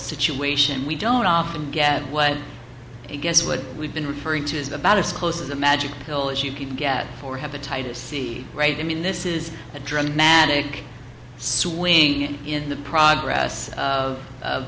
situation we don't often get what i guess what we've been referring to is about as close to the magic pill as you can get for hepatitis c right i mean this is a dramatic swing in the progress of